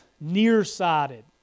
Nearsighted